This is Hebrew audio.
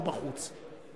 הוא בחוץ.